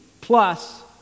plus